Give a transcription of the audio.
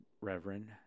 Reverend